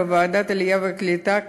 בוועדת העלייה והקליטה,